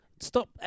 stop